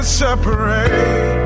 separate